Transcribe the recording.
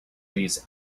these